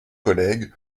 collègue